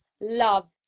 love